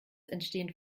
entstehen